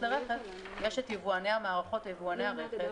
לרכב יש את יבואני המערכות או יבואני הרכב,